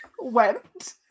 went